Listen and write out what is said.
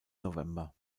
november